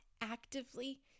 actively